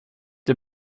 det